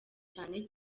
cyane